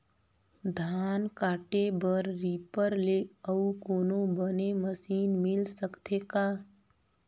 धान काटे बर रीपर ले अउ कोनो बने मशीन मिल सकथे का?